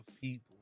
people